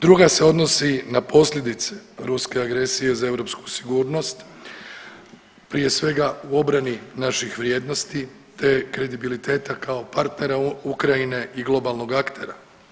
Druga se odnosi na posljedice ruske agresije za europsku sigurnost, prije svega u obrani naših vrijednosti te kredibiliteta kao partnera Ukrajine i globalnog aktera.